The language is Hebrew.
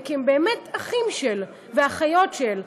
אלא כי הם באמת אחים של ואחיות של.